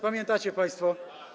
Pamiętacie państwo?